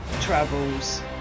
travels